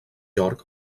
york